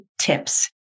Tips